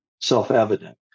self-evident